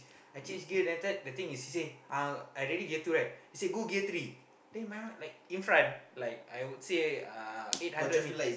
I change gear then after that the thing is he say uh I already gear two right then he say go gear three then in my mind like in front I would say uh eight hundred meters